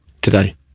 today